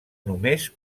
només